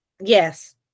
Yes